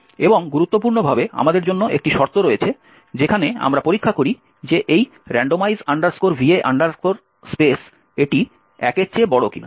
এবং গুরুত্বপূর্ণভাবে আমাদের জন্য একটি শর্ত রয়েছে যেখানে আমরা পরীক্ষা করি যে এই randomize va spaceটি একের চেয়ে বড় কিনা